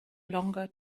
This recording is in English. longer